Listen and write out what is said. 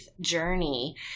journey